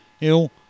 ill